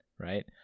right